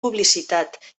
publicitat